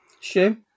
Sure